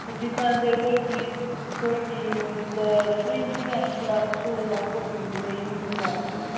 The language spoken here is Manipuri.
ꯍꯧꯖꯤꯛꯀꯥꯟꯁꯦ ꯑꯩꯈꯣꯏꯒꯤ ꯑꯩꯈꯣꯏꯒꯤ ꯌꯨꯝꯗ ꯇꯣꯏ ꯇꯣꯏꯅ ꯐ꯭ꯂꯗꯁꯁꯨ ꯂꯥꯛꯄꯒꯤ ꯂꯩꯅꯤꯡꯗꯕ ꯑꯗꯨ